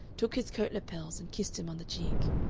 took his coat lapels, and kissed him on the cheek.